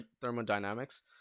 thermodynamics